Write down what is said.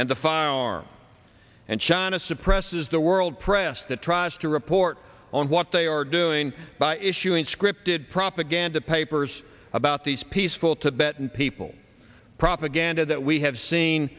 and the firearm and china suppresses the world press that tries to report on what they are doing by issuing scripted propaganda papers about these peaceful tibet and people propaganda that we have seen